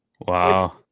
Wow